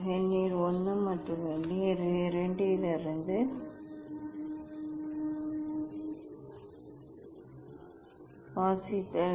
vernier I மற்றும் vernier II இலிருந்து வாசித்தல்